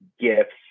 gifts